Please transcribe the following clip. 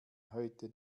heute